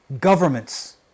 governments